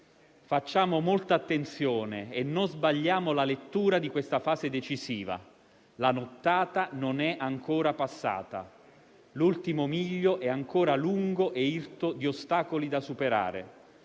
Facciamo molta attenzione e non sbagliamo la lettura di questa fase decisiva. La nottata non è ancora passata: l'ultimo miglio è ancora lungo e irto di ostacoli da superare.